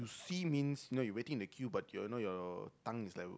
he means no you waiting the queue but do you know your tongue is like